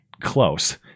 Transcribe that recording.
Close